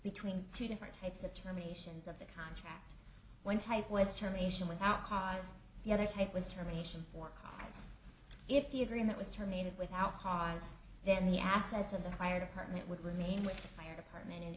between two different types of terminations of the contract one type was term asian without cause the other take was termination or if the agreement was terminated without cause then the assets of the fire department would remain with fire department and